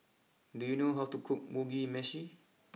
do you know how to cook Mugi Meshi